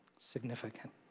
significant